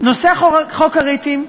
נושא חוק הריטים,